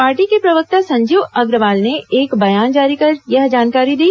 party के प्रवक्ता संजीव अग्रवाल ने एक बयान जारी कर यह जानकारी दी